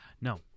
No